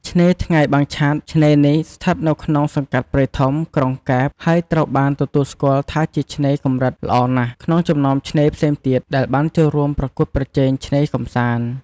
ឆ្នេរថ្ងៃបាំងឆ័ត្រ ឆ្នេរនេះស្ថិតនៅក្នុងសង្កាត់ព្រៃធំ ក្រុងកែប ហើយត្រូវបានទទួលស្គាល់ថាជាឆ្នេរ "កម្រិតល្អណាស់" ក្នុងចំណោមឆ្នេរផ្សេងទៀតដែលបានចូលរួមប្រកួតប្រជែងឆ្នេរកម្សាន្ត។